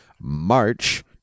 March